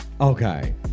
Okay